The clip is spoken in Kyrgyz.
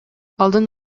алдын